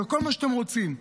בכל מה שאתם רוצים.